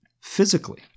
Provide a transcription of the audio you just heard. physically